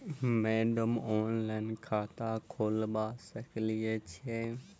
Madam online खाता खोलबा सकलिये छीयै?